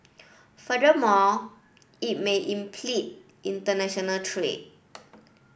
furthermore it may impede international trade